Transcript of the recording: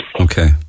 Okay